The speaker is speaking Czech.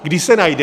Kdy se najde?